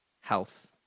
health